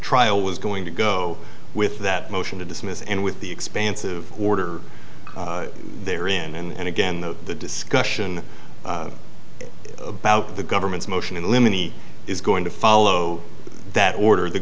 trial was going to go with that motion to dismiss and with the expansive order there in and again that the discussion about the government's motion in limine he is going to follow that order the